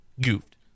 goofed